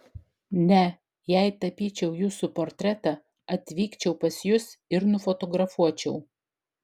ne jei tapyčiau jūsų portretą atvykčiau pas jus ir nufotografuočiau